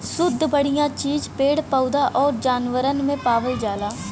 सुद्ध बढ़िया चीज पेड़ पौधन आउर जानवरन में पावल जाला